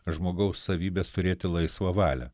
žmogaus savybės turėti laisvą valią